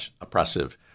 oppressive